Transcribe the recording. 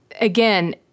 again